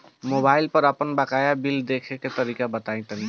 Mobile पर आपन बाकाया बिल देखे के तरीका बताईं तनि?